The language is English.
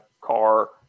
car